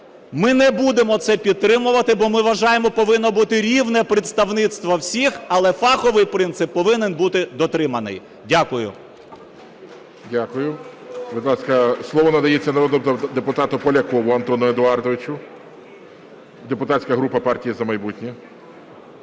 ми не будемо це підтримувати, бо, ми вважаємо, повинно бути рівне представництво всіх, але фаховий принцип повинен бути дотриманий. Дякую. ГОЛОВУЮЧИЙ. Дякую. Будь ласка, слово надається народному депутату Полякову Антону Едуардовичу, депутатська група "Партія "За майбутнє".